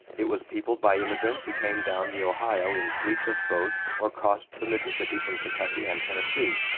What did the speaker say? it was peopled by immigrants who came down the ohio in fleets of boats or crossed the mississippi from kentucky and tennessee.